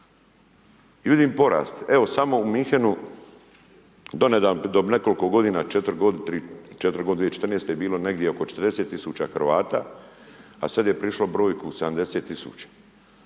i vidim porast. Evo samo u Münchenu, donedavno, do nekoliko godina, 2014. je bilo negdje oko 40 tisuća Hrvata, a sada je prešlo brojku 70